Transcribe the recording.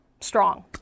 strong